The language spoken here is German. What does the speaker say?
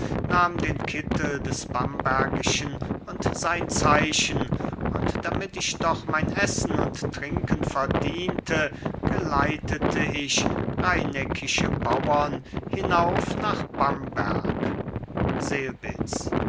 nahm den kittel des bambergischen und sein zeichen und damit ich doch mein essen und trinken verdiente geleitete ich reineckische bauern hinauf nach bamberg selbitz